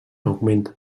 augmenta